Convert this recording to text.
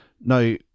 Now